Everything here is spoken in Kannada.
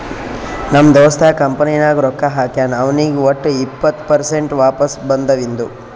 ನಮ್ ದೋಸ್ತ ಕಂಪನಿ ನಾಗ್ ರೊಕ್ಕಾ ಹಾಕ್ಯಾನ್ ಅವ್ನಿಗ್ ವಟ್ ಇಪ್ಪತ್ ಪರ್ಸೆಂಟ್ ವಾಪಸ್ ಬದುವಿಂದು